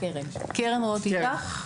קרן רוט איטח,